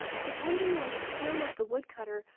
depending on the skill of the woodcutter,